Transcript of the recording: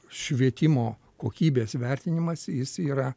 švietimo kokybės vertinimas jis yra